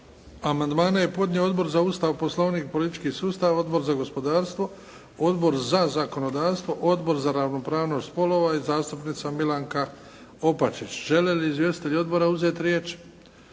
Amandmane je podnio Odbor za Ustav, Poslovnik i politički sustav, Odbor za gospodarstvo, Odbor za zakonodavstvo, Odbor za ravnopravnost spolova i zastupnica Milanka Opačić. Žele li izvjestitelji odbora uzeti riječ?